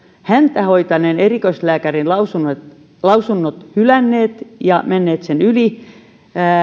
häntä hoitaneen erikoislääkärin lausunnot hylänneet ja menneet niiden yli